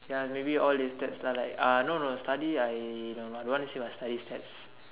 ya maybe all listed are like uh no no study I no I don't want to see my study stats